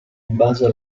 basa